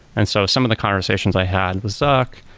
and so some of the conversations i had with zuck,